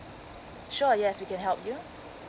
sure yes we can help you